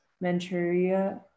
Manchuria